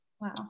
Wow